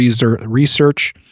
research